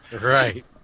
Right